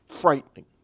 frightening